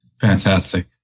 Fantastic